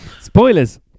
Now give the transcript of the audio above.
Spoilers